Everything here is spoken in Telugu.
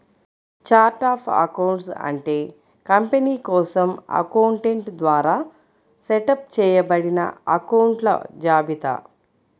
ఛార్ట్ ఆఫ్ అకౌంట్స్ అంటే కంపెనీ కోసం అకౌంటెంట్ ద్వారా సెటప్ చేయబడిన అకొంట్ల జాబితా